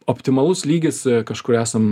optimalus lygis kažkur esam